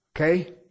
Okay